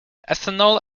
ethanol